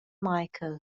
michael